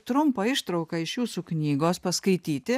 trumpą ištrauką iš jūsų knygos paskaityti